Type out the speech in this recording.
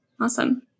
Awesome